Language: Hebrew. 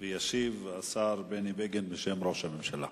ישיב השר בני בגין, בשם ראש הממשלה.